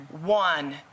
One